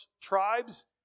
tribes